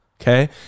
Okay